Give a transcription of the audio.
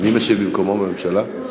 מי משיב במקומו מטעם הממשלה?